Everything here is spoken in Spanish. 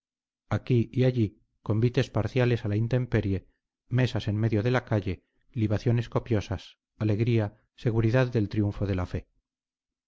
aquí y allí convites parciales a la intemperie mesas en medio de la calle libaciones copiosas alegría seguridad del triunfo de la fe